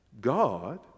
God